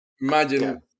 imagine